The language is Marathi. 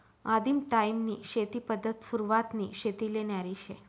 आदिम टायीमनी शेती पद्धत सुरवातनी शेतीले न्यारी शे